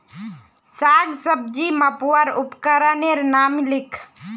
साग सब्जी मपवार उपकरनेर नाम लिख?